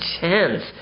chance